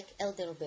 elderberry